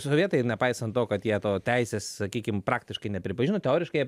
sovietai ir nepaisant to kad jie to teisės sakykim praktiškai nepripažino teoriškai jie